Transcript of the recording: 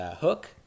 Hook